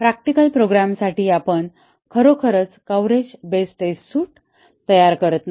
practical प्रोग्रॅमसाठी आपण खरोखर कव्हरेज बेस्ड टेस्ट सूट तयार करत नाही